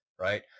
Right